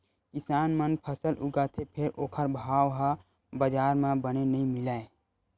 किसान मन फसल उगाथे फेर ओखर भाव ह बजार म बने नइ मिलय